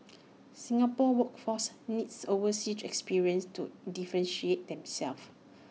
Singapore's workforce needs overseas experience to differentiate itself